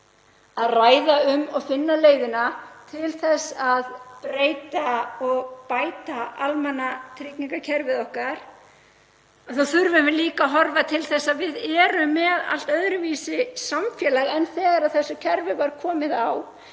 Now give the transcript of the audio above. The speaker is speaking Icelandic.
að ræða um og finna leiðina til þess að breyta og bæta almannatryggingakerfið okkar þá þurfum við líka að horfa til þess að samfélagið er allt öðruvísi en þegar þessu kerfi var komið á.